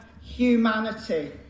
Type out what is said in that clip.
humanity